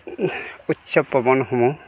উৎসৱ পাৰ্বনসমূহ